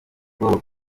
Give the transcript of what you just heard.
paul